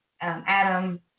Adam